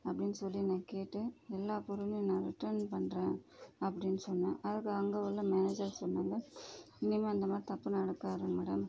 அப்படின்னு சொல்லி நான் கேட்டு எல்லா பொருளையும் நான் ரிட்டன் பண்ணுறேன் அப்படின்னு சொன்னேன் அதுக்கு அங்கே உள்ள மேனஜர் சொன்னாங்க இனிமே அந்த மாதிரி தப்பு நடக்காது மேடம்